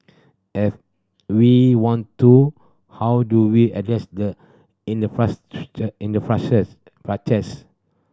if we want to how do we address the